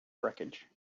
wreckage